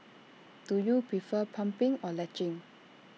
do you prefer pumping or latching